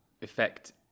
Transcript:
effect